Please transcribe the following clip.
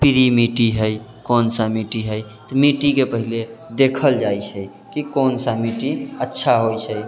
पीली मिट्टी हइ कोन सा मिट्टी हइ तऽ मिट्टीके पहिले देखल जाइ छै कि कौन सा मिट्टी अच्छा होइ छै